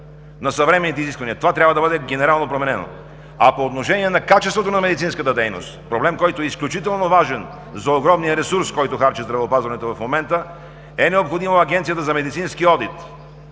на съвременните изисквания. Това трябва да бъде генерално променено. А по отношение на качеството на медицинската дейност – проблем, който е изключително важен за огромния ресурс, който харчи здравеопазването в момента, е необходимо Агенцията за медицински одит